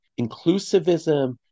inclusivism